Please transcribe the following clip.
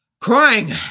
Crying